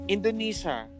Indonesia